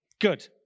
Good